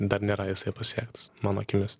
dar nėra jisai pasiektas mano akimis